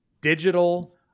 digital